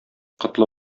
котлы